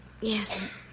Yes